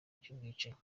cy’ubwicanyi